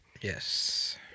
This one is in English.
Yes